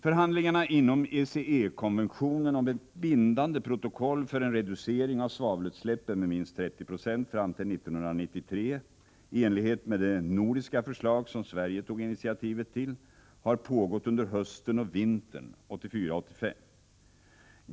Förhandlingarna inom ECE-konventionen om ett bindande protokoll för en reducering av svavelutsläppen med minst 30 90 fram till 1993, i enlighet med det nordiska förslag som Sverige tog initiativet till, har pågått under hösten och vintern 1984-1985.